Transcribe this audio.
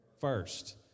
First